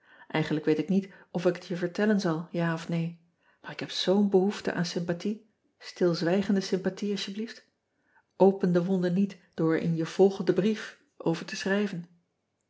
igenlijk weet ik niet of ik het je vertellen zal ja of neen maar ik heb zoo n behoefte aan ean ebster adertje angbeen sympathfe stilzwijgende sympathie alsjeblieft pen de wonde niet door er in je volgenden brief over te schrijven